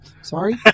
Sorry